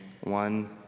one